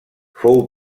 fou